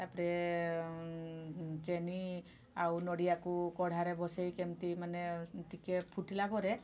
ତାପରେ ଚିନି ଆଉ ନଡ଼ିଆକୁ କଢ଼ାରେ ବସାଇକି କେମିତି ମାନେ ଟିକେ ଫୁଟିଲା ପରେ